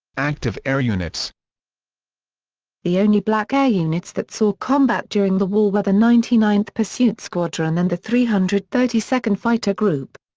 active air units the only black air units that saw combat during the war were the ninety ninth pursuit squadron and the three hundred and thirty second fighter group.